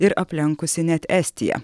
ir aplenkusi net estiją